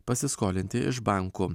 pasiskolinti iš bankų